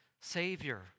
savior